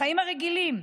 החיים הרגילים.